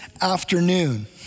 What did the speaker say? afternoon